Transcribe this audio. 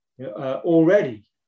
already